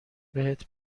بهت